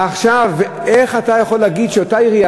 איך אתה יכול להגיד שאותה עירייה,